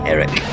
Eric